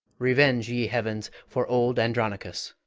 revenge the heavens for old andronicus!